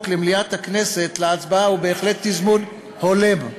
למליאת הכנסת להצבעה הוא בהחלט תזמון הולם.